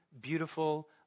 beautiful